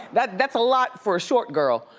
that's that's a lot for a short girl,